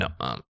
No